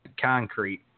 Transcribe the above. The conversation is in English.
concrete